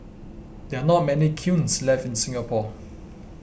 there are not many kilns left in Singapore